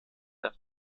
der